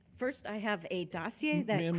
first, i have a dossier that and